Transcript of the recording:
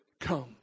come